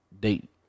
date